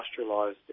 industrialised